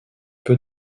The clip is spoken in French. peu